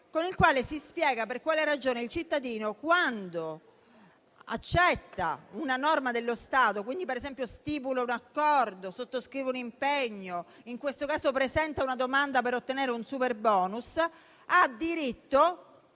Con esso si spiega per quale ragione il cittadino, quando accetta una norma dello Stato, per esempio quando stipula un accordo, sottoscrive un impegno o - come in questo caso - presenta domanda per ottenere un superbonus, ha diritto